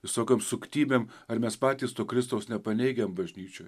visokiom suktybėm ar mes patys to kristaus nepaneigiam bažnyčioj